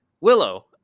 Willow